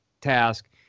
task